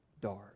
dark